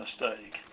mistake